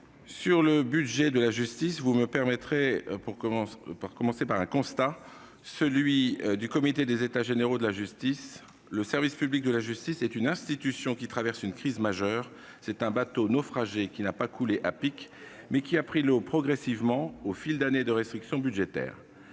le budget de la justice, vous me permettrez de commencer par un constat, celui qui a été dressé par le comité des États généraux de la justice : le service public de la justice est une institution qui traverse une crise majeure. C'est un bateau naufragé, qui n'a pas coulé à pic, mais qui a pris l'eau progressivement, au fil d'années de restrictions budgétaires.